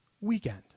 Weekend